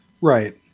Right